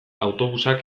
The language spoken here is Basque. autobusak